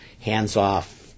hands-off